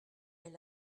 est